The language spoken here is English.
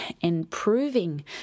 improving